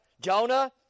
Jonah